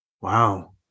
wow